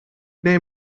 neem